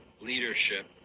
leadership